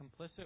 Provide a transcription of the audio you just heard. complicit